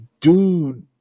dude